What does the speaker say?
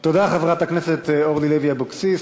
תודה, חברת הכנסת אורלי לוי אבקסיס.